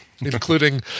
including